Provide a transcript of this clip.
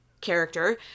character